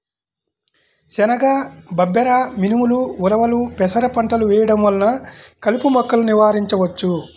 శనగ, బబ్బెర, మినుము, ఉలవలు, పెసర పంటలు వేయడం వలన కలుపు మొక్కలను నివారించవచ్చు